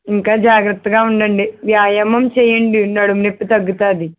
ఇంకా జాగ్రత్తగా ఉండండి వ్యాయామం చేయండి నడుము నొప్పి తగ్గుతుంది